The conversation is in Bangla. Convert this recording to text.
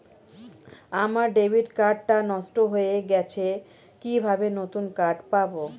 আমার ডেবিট কার্ড টা নষ্ট হয়ে গেছে কিভাবে নতুন কার্ড পাব?